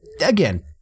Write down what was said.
Again